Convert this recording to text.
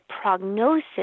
prognosis